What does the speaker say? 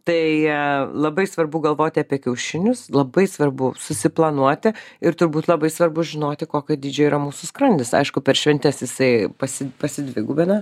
tai labai svarbu galvoti apie kiaušinius labai svarbu susiplanuoti ir turbūt labai svarbu žinoti kokio dydžio yra mūsų skrandis aišku per šventes jisai pasi pasi dvigubina